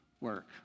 work